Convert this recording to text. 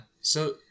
So-